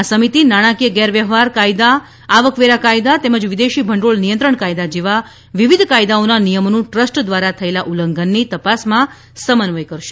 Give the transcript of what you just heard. આ સમિતિ નાણાંકીય ગેરવ્યવહાર કાયદા આવકવેરા કાયદા તેમજ વિદેશી ભંડોળ નિયંત્રણ કાયદા જેવા વિવિધ કાયદાઓના નિયમોનું ટ્રસ્ટ દ્વારા થયેલા ઉલ્લંઘનની તપાસમાં સમન્વય કરશે